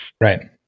Right